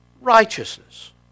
righteousness